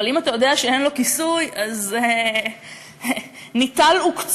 אבל אם אתה יודע שאין לו כיסוי, אז ניטל עוקצו.